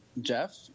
Jeff